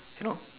you know